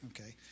Okay